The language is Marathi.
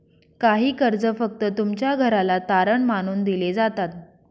काही कर्ज फक्त तुमच्या घराला तारण मानून दिले जातात